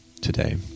today